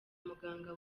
muganga